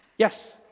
Yes